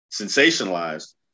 sensationalized